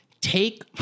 Take